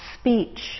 speech